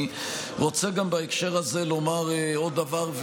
אני גם רוצה בהקשר הזה לומר עוד דבר,